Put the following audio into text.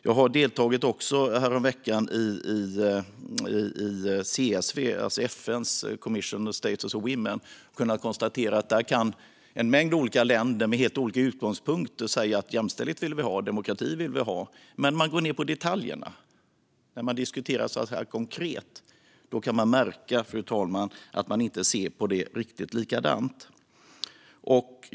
Jag deltog häromveckan i CSW, alltså FN:s Commission on the Status of Women, och kunde konstatera att där kan en mängd olika länder med helt olika utgångspunkter säga att de vill ha jämställdhet och demokrati, men när man går ned på detaljerna och diskuterar frågorna konkret märks det, fru talman, att de inte ser på det riktigt likadant. Fru talman!